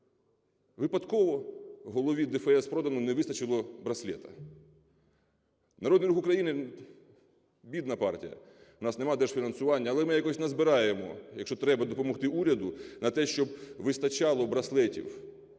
випадково голові ДФС Продану не вистачило браслета. Народний Рух України – бідна партія, в нас нема держфінансування, але ми якось назбираємо, якщо треба допомогти уряду, на те, щоб вистачало браслетів.